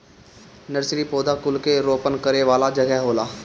nursery पौधा कुल के रोपण करे वाला जगह होला